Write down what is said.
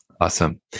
Awesome